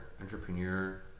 entrepreneur